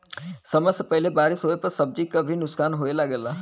समय से पहिले बारिस होवे पर सब्जी क भी नुकसान होये लगला